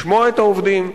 לשמוע את העובדים,